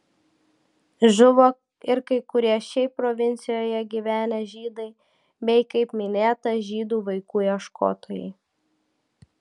žuvo ir kai kurie šiaip provincijoje gyvenę žydai bei kaip minėta žydų vaikų ieškotojai